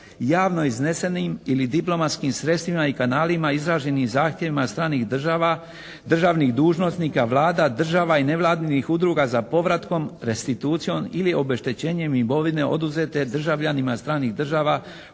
javno iznesenim ili diplomatskim sredstvima i kanalima, izraženim zahtjevima stranih država, državnih dužnosnika, Vlada, država i nevladinih udruga za povratkom, restitucijom ili obeštećenjem imovine oduzete državljanima stranih država